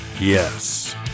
Yes